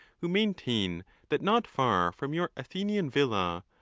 who maintain that not far from your athenian villa,